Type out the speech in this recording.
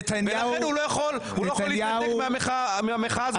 לכן הוא לא יכול להתנתק מהמחאה הזאת,